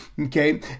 Okay